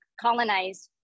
colonized